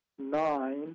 nine